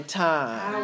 time